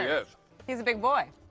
he is. he's a big boy.